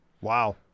Wow